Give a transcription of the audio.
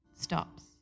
stops